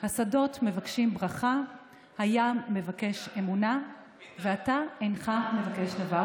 השדות מבקשים ברכה / הים מבקש אמונה / ואתה אינך מבקש דבר".